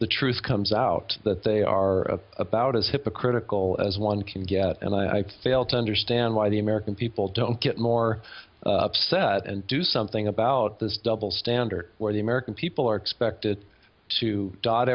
the truth comes out that they are about as hypocritical as one can get and i fail to understand why the american people don't get more upset and do something about this double standard where the american people are expected to dot